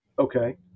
Okay